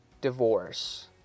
divorce